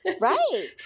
Right